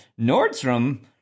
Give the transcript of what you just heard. Nordstrom